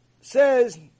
says